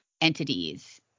entities